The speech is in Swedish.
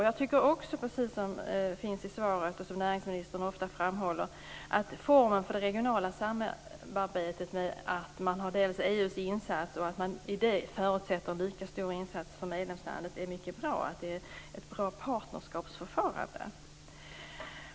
Jag tycker också, precis som det sägs i svaret och som näringsministern ofta framhåller, att formen för det regionala samarbetet är mycket bra, dvs. att man dels har EU:s insatser, dels förutsätter en lika stor insats från medlemslandet. Det är ett bra partnerskapsförfarande.